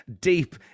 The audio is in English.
deep